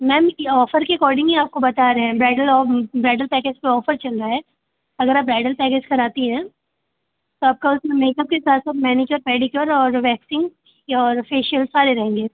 ma'am offer के according ही आपको बता रहें है ब्राइडल ब्राइडल पैकेज पर ऑफ़र चल रहा है अगर आप ब्राइडल पैकेज कराती हैं तो आपका उसमें मेकअप के साथ साथ मैनीक्योर पेडीक्योर और वैक्सिंग और फेशियल सारे रहेंगे